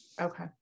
Okay